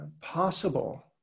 possible